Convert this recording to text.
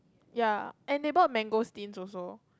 ya and they bought mangosteens also